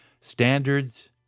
standards